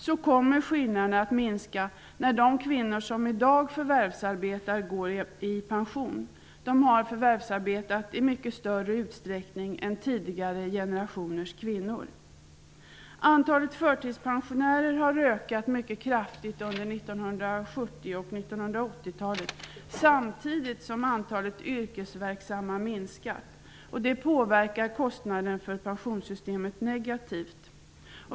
Skillnaderna kommer att minska när de kvinnor som i dag förvärvsarbetar går i pension. De har förvärvsarbetat i mycket större utsträckning än tidigare generationers kvinnor. Antalet förtidspensionärer har ökat mycket kraftigt under 1970 och 1980-talet. Samtidigt har antalet yrkesverksamma minskat. Det påverkar kostnaderna för pensionssystemet negativt.